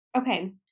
Okay